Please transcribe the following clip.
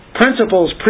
Principles